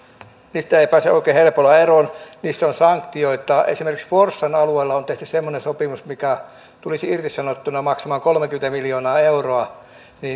niistä ei pääse oikein helpolla eroon niissä on sanktioita esimerkiksi forssan alueella on tehty semmoinen sopimus mikä tulisi irtisanottuna maksamaan kolmekymmentä miljoonaa euroa